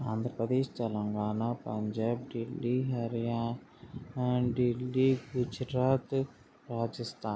Andhra Pradesh Telangana Punjab Delhi హర్యా Delhi Gujarat Rajasthan